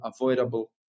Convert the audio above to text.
avoidable